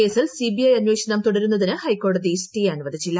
കേസിൽ സിബിഐ അനേഷണം പ്രിതുടരു്ന്നതിന് ഹൈക്കോടതി സ്റ്റേ അനുവദിച്ചില്ല